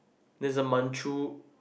there a manchu